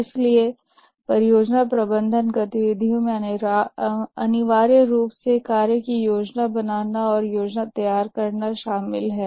इसलिए परियोजना प्रबंधन गतिविधियों में अनिवार्य रूप से कार्य की योजना बनाना और योजना तैयार करना शामिल है